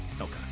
Okay